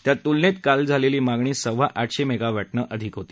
त्या तुलनेत काल झालेली मागणी सव्वा आठशे मेगावॅटने अधिक होती